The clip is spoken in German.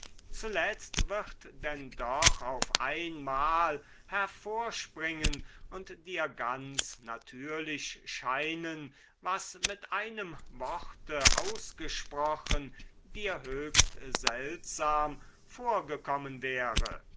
zuletzt wird denn doch auf einmal hervorspringen und dir ganz natürlich scheinen was mit einem worte ausgesprochen dir höchst seltsam vorgekommen wäre